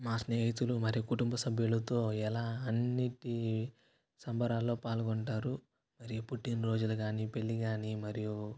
మా స్నేహితులు మరి కుటుంబ సభ్యులతో ఎలా అన్నిటి సంబరాల్లో పాల్గొంటారు రే పుట్టినరోజులు కానీ పెళ్లి గానీ మరియు